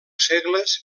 segles